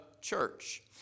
church